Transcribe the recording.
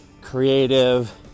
creative